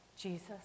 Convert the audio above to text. Jesus